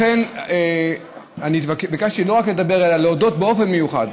לכן אני ביקשתי לא רק לדבר אלא להודות באופן מיוחד,